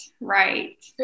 Right